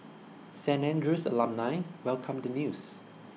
Saint Andrew's alumni welcomed the news